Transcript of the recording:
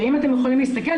שאם אתם יכולים להסתכל,